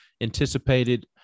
anticipated